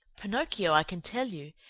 pinocchio, i can tell you,